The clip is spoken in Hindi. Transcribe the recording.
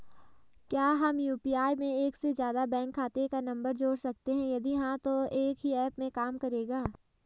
क्या हम यु.पी.आई में एक से ज़्यादा बैंक खाते का नम्बर जोड़ सकते हैं यदि हाँ तो एक ही ऐप में काम करेगा?